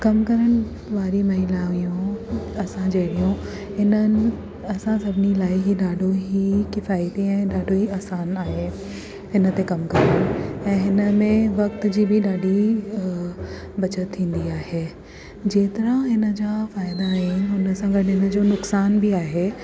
कमु करण वारी महिलायूं असां जहिड़ियूं इन्हनि असां सभिनी लाइ हीउ ॾाढो किफ़ायती ऐं ॾाढो ई आसानु आहे इन ते कमु करण ऐं हिन में वक़्त जी बि ॾाढी बचत थींदी आहे जेतिरा हिन जा फ़ाइदा आहिनि हुन सां गॾु हिन जो नुक़सान बि आहे